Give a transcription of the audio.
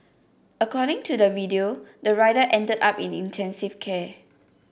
according to the video the rider ended up in intensive care